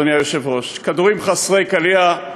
אדוני היושב-ראש כדורים חסרי קליע,